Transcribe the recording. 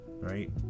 right